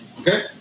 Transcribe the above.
Okay